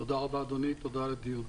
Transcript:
תודה רבה, אדוני, על הדיון.